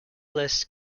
list